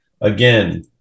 again